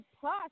plus